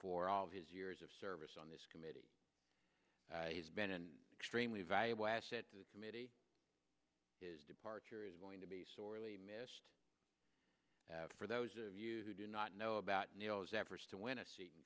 for all his years of service on this committee has been an extremely valuable asset to the committee is departure is going to be sorely missed for those of you who do not know about needles efforts to win a seat in